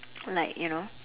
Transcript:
like you know